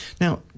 Now